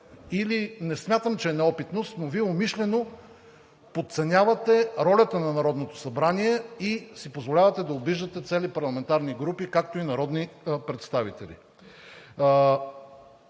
или не смятам, че е неопитност, но Вие умишлено подценявате ролята на Народното събрание и си позволявате да обиждате цели парламентарни групи, както и народни представители.